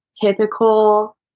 typical